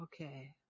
Okay